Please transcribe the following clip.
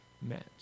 met